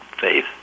faith